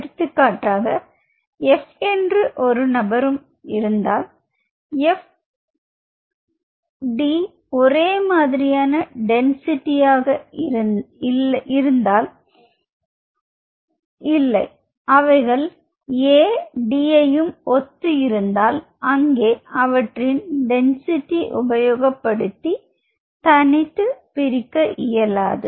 எடுத்துக்காட்டாக F என்று இன்னொரு நபரும் இருந்தால் F D ஒரே மாதிரியான டென்சிட்டி இருந்தால் இல்லை அவைகள் A D யையும் ஒத்து இருந்தால் அங்கே அவற்றின் டென்சிட்டி உபயோகப்படுத்தி தனித்துப் பிரிக்க இயலாது